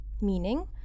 meaning